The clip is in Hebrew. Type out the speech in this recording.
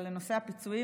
אבל לנושא הפיצויים,